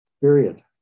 period